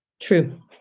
True